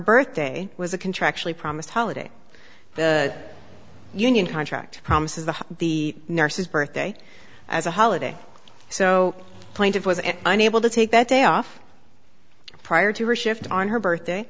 birthday was a contractually promised holiday the union contract promises that the nurses birthday as a holiday so plaintive was unable to take that day off prior to her shift on her birthday